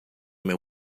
meu